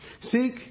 Seek